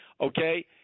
Okay